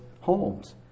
homes